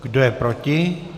Kdo je proti?